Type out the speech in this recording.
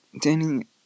Danny